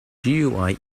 gui